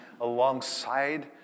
alongside